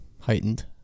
heightened